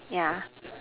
yeah